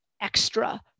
extra